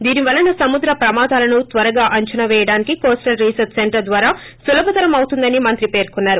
దీని వలన సముద్ర ప్రమాదాలను త్వరగా అంచనా పేయడానికి కోస్టల్ రిసర్స్ సెంటర్ ద్వారా సులభతరం అవుతుందని మంత్రి పేర్కొన్నారు